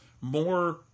more